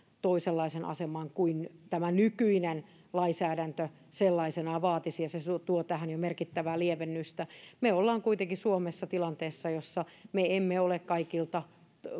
toisenlaisen aseman kuin tämä nykyinen lainsäädäntö sellaisenaan vaatisi ja se se tuo tähän jo merkittävää lievennystä me olemme kuitenkin suomessa tilanteessa jossa me emme ole kaikilta